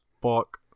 fuck